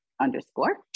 underscore